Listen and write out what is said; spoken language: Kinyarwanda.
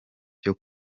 cyo